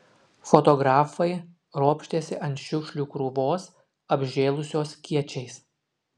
fotografai ropštėsi ant šiukšlių krūvos apžėlusios kiečiais